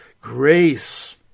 grace